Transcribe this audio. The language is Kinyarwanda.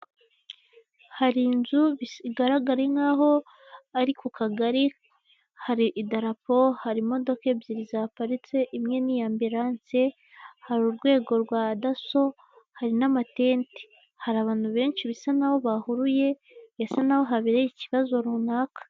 Hari inzu isi bigaragara nkaho ari ku kagari, hari idarapo, hari imodoka ebyiri zaparitse imwe n'iy'amberanse, hari urwego rwa daso, hari n'amatente, hari abantu benshi bisa nkaho bahuruye bisa naho habere ikibazo runaka.